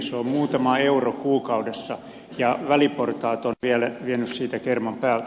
se on muutama euro kuukaudessa ja väliportaat ovat vielä vieneet siitä kerman päältä